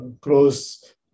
close